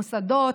מוסדות,